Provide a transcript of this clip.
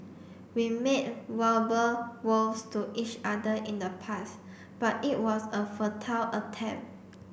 we made verbal vows to each other in the past but it was a futile attempt